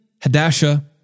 Hadasha